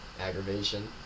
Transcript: aggravation